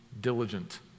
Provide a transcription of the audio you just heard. diligent